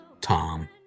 Tom